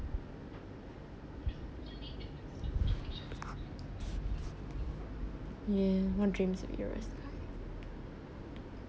ya what dreams of yours